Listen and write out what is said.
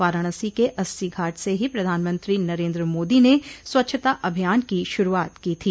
वाराणसी के अस्सी घाट से ही प्रधानमंत्री नरेन्द्र मोदी ने स्वच्छता अभियान की शुरूआत की थी